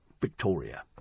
Victoria